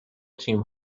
تیم